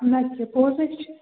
نَتہٕ کیاہ پوٚز ہاے چھُ